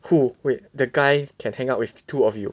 who wait the guy can hang out with two of you